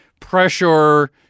Pressure